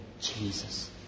Jesus